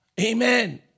Amen